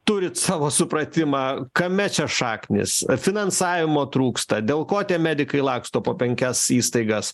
turit savo supratimą kame čia šaknys finansavimo trūksta dėl ko tie medikai laksto po penkias įstaigas